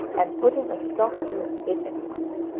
and putting a stop to it at once.